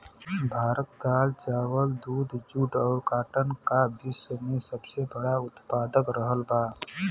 भारत दाल चावल दूध जूट और काटन का विश्व में सबसे बड़ा उतपादक रहल बा